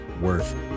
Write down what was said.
worth